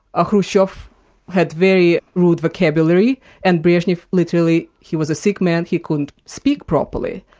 ah khrushchev had very rude vocabulary and brezhnev literally he was a sick man, he couldn't speak properly.